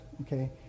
okay